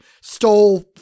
stole